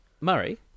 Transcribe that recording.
Murray